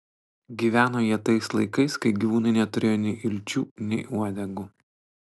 gyveno jie tais laikais kai gyvūnai neturėjo nei ilčių nei uodegų